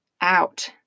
out